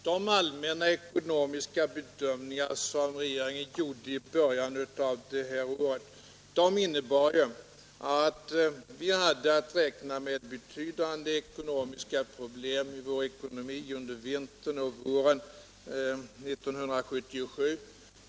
Herr talman! De allmänna ekonomiska bedömningar som regeringen gjorde i början av detta år innebar att vi hade att räkna med betydande ekonomiska problem i vår ekonomi under vintern och våren 1977.